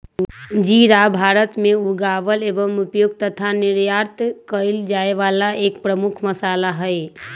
जीरा भारत में उगावल एवं उपयोग तथा निर्यात कइल जाये वाला एक प्रमुख मसाला हई